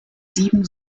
sieben